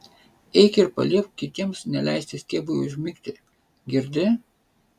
eik ir paliepk kitiems neleisti stiebui užmigti girdi